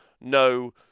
No